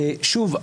שוב,